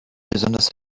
besonders